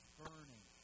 burning